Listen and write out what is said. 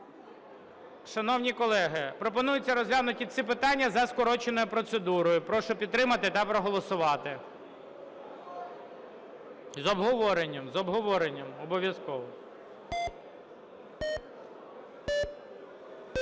Шановні колеги, пропонується розглянути ці питання за скороченою процедурою. Прошу підтримати та проголосувати. З обговоренням, з